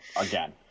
again